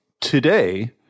today